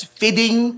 feeding